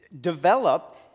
develop